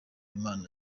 imana